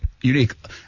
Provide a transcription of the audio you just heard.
unique